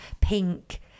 pink